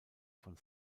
von